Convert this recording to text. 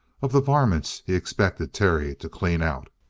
of the varmints he expected terry to clean out,